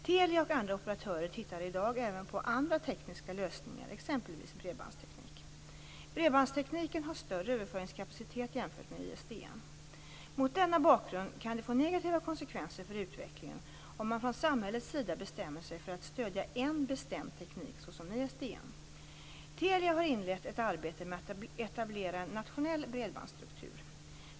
Telia och andra operatörer tittar i dag även på andra tekniska lösningar, exempelvis bredbandsteknik. Bredbandstekniken har större överföringskapacitet jämfört med ISDN. Mot denna bakgrund kan det få negativa konsekvenser för utvecklingen om man från samhällets sida bestämmer sig för att stödja en bestämd teknik, såsom Telia har inlett ett arbete med att etablera en nationell bredbandsstruktur.